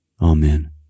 Amen